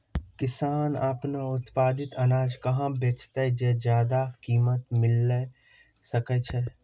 किसान आपनो उत्पादित अनाज कहाँ बेचतै जे ज्यादा कीमत मिलैल सकै छै?